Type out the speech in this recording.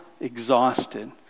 exhausted